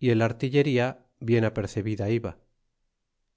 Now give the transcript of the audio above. y el artillería bien apercebida iba